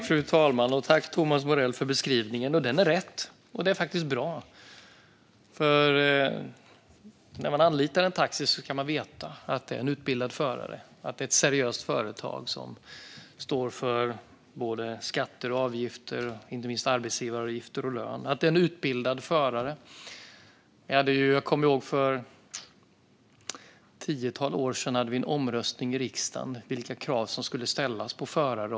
Fru talman! Tack, Thomas Morell, för beskrivningen! Den är riktig. Det är bra, för när man anlitar en taxi ska man veta att det är en utbildad förare och ett seriöst företag som står för både skatter och avgifter - inte minst arbetsgivaravgifter - och lön. För ett tiotal år sedan hade vi en omröstning i riksdagen om vilka krav om lokalkännedom som skulle ställas på förare.